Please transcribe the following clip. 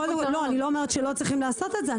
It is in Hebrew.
אני לא אומרת שלא צריך לעשות את זה.